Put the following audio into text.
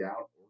out